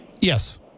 Yes